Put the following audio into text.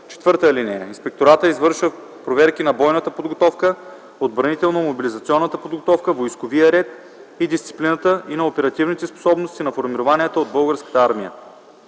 армия. (4) Инспекторатът извършва проверки на бойната подготовка, отбранително-мобилизационната подготовка, войсковия ред и дисциплината и на оперативните способности на формированията от Българската армия.